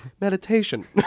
meditation